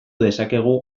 dezakegu